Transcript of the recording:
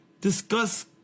discuss